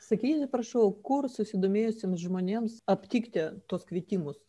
sakykite prašau kur susidomėjusiems žmonėms aptikti tuos kvietimus